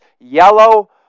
yellow